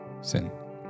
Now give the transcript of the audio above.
sin